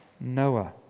Noah